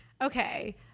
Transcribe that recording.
okay